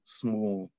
small